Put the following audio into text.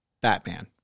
Batman